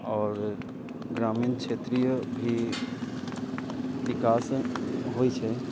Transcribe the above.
आओर ग्रामीण क्षेत्रीय भी विकास होयत छै